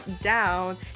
down